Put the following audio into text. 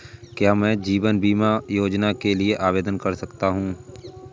क्या मैं जीवन बीमा योजना के लिए आवेदन कर सकता हूँ?